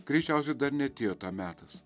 greičiausiai dar neatėjo tam metas